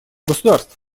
государств